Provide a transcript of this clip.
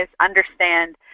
understand